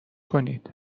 کنید